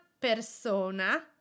persona